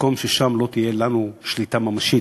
למקום ששם לא תהיה לנו שליטה ממשית.